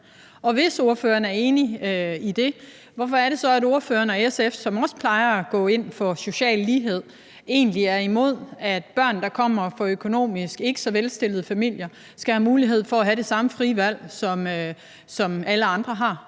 hvis ordføreren er enig i det, hvorfor er det så, at ordføreren og SF, som også plejer at gå ind for social lighed, egentlig er imod, at børn, der økonomisk set kommer fra ikke så velstillede familier, skal have mulighed for at have det samme frie valg, som alle andre har,